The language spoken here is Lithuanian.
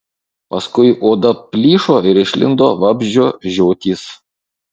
paskui oda plyšo ir išlindo vabzdžio žiotys